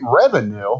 revenue